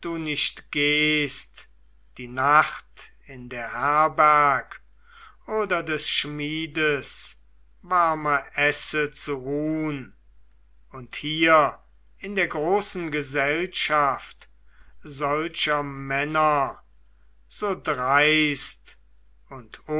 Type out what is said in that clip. nicht gehst die nacht in der herberg oder des schmiedes warmer esse zu ruhn und hier in der großen gesellschaft solcher männer so dreist und